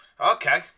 Okay